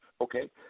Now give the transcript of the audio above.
Okay